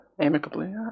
Amicably